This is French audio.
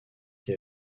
qui